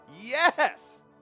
yes